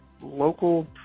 local